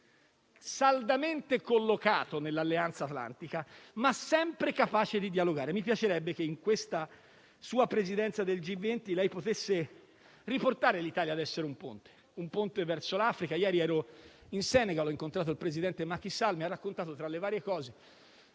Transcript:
saldamente collocato nell'Alleanza atlantica, ma sempre capace di dialogare. Mi piacerebbe che in questa sua presidenza del G20 lei potesse riportare l'Italia a essere un ponte, un ponte verso l'Africa. Ieri ero in Senegal e ho incontrato il presidente Macky Sall, che mi ha raccontato, tra le varie cose,